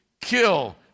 kill